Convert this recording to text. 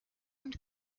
und